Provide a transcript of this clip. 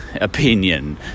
opinion